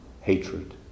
hatred